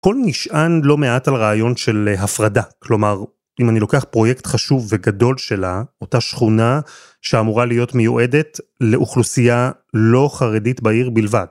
הכל נשען לא מעט על רעיון של הפרדה, כלומר אם אני לוקח פרויקט חשוב וגדול שלה, אותה שכונה שאמורה להיות מיועדת לאוכלוסייה לא חרדית בעיר בלבד.